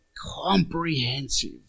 comprehensive